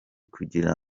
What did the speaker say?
kugira